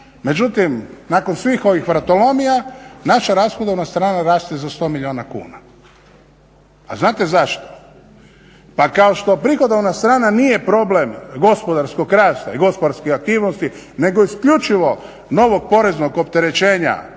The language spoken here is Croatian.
međutim nakon svih ovih vratolomija naša rashodovna strana raste za 100 milijuna kuna. A znate zašto? Pa kao što prihodovna strana nije problem gospodarskog rasta i gospodarskih aktivnosti nego isključivo novog poreznog opterećenja